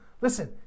Listen